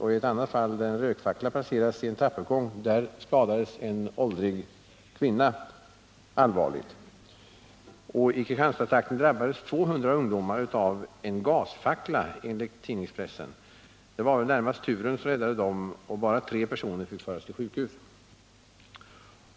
I ett annat fall, där en rökfackla hade placerats i en trappuppgång, skadades en åldrig kvinna allvarligt. I Kristianstadstrakten utsattes 200 ungdomar, enligt tidningsuppgifter, för en gasfackla. Det var väl närmast turen som räddade dem, och bara tre personer behövde föras till sjukhus.